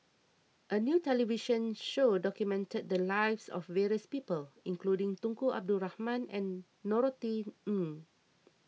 a new television show documented the lives of various people including Tunku Abdul Rahman and Norothy Ng